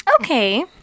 Okay